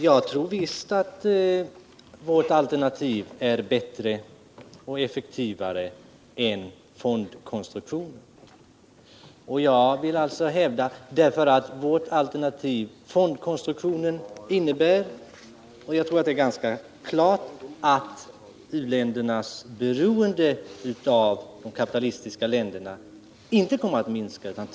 Jag tror visst att vårt alternativ är bättre och effektivare än fondkonstruktionen. U-ländernas beroende av de kapitalistiska länderna kommer inte att minska genom fonden.